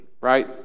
right